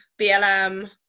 BLM